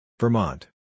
Vermont